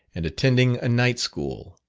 and attending a night school.